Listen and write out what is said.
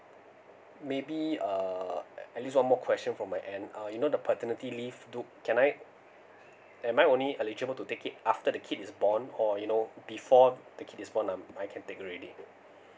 maybe uh at least one more question from my end uh you know the paternity leave do can I am I only eligible to take it after the kid is born or you know before the kid is born I'm I can take already